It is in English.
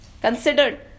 considered